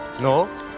No